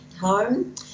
home